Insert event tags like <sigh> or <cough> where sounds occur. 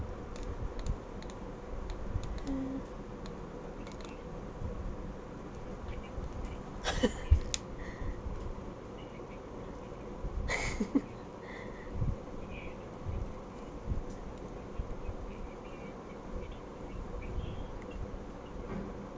hmm <laughs> <breath> <laughs> <breath>